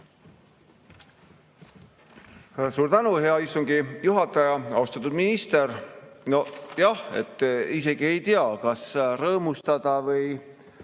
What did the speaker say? Suur tänu, hea istungi juhataja! Austatud minister! Noh, jah, isegi ei tea, kas rõõmustada või